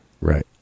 Right